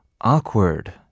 awkward